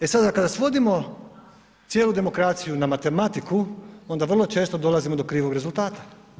E sada kada svodimo cijelu demokraciju na matematiku onda vrlo često dolazimo do krivog rezultata.